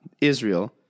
Israel